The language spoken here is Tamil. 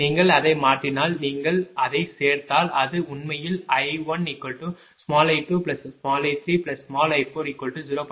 நீங்கள் அதை மாற்றினால் நீங்கள் அதைச் சேர்த்தால் அது உண்மையில் I1i2i3i40